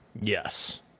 Yes